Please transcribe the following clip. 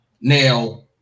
Now